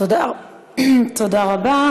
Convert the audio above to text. תודה רבה.